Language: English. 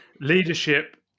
leadership